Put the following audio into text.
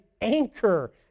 anchor